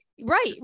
Right